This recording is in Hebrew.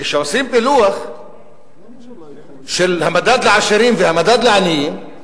כשעושים פילוח של המדד לעשירים והמדד לעניים,